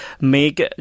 make